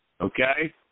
Okay